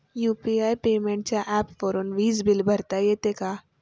UPI पेमेंटच्या ऍपवरुन वीज बिल भरता येते का?